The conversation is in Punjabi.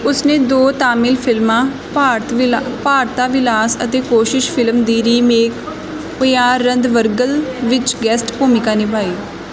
ਉਸ ਨੇ ਦੋ ਤਾਮਿਲ ਫਿਲਮਾਂ ਭਾਰਤਾ ਵਿਲਾਸ ਅਤੇ ਕੋਸ਼ਿਸ਼ ਫ਼ਿਲਮ ਦੀ ਰੀਮੇਕ ਉਯਾਰੰਧਵਰਗਲ ਵਿੱਚ ਗੈਸਟ ਭੂਮਿਕਾ ਨਿਭਾਈ